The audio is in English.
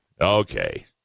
Okay